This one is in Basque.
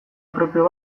propio